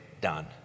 done